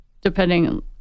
depending